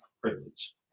privilege